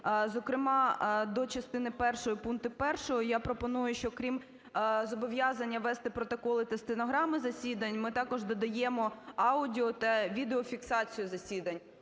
Зокрема, до частини першої пункту 1 я пропоную, що крім зобов'язання вести протоколи та стенограми засідань, ми також додаємо аудіо- та відеофіксацію засідань.